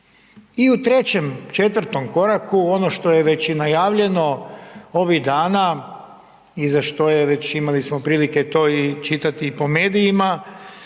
I u 3., 4. koraku ono što je već i najavljeno ovih dana i za što smo već imali prilike čitati za to po medijima,